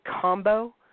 combo